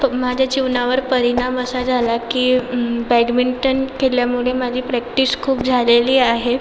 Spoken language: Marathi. प माझ्या जीवनावर परिणाम असा झाला की बॅडमिंटन खेळल्यामुळे माझी प्रॅक्टिस खूप झालेली आहे